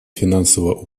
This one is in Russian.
финансового